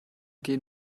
gehen